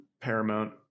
Paramount